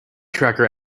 tracker